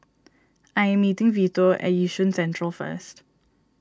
I am meeting Vito at Yishun Central first